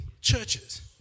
churches